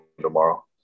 tomorrow